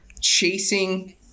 chasing